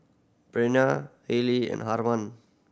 Breana Hailee and